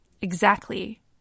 Exactly